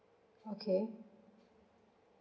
okay